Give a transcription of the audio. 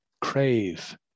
crave